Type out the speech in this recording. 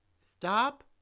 stop